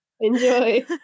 enjoy